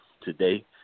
today